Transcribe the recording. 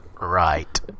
Right